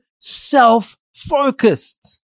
self-focused